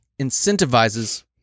incentivizes